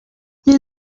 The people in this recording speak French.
nous